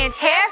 Hair